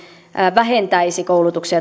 vähentäisi koulutuksen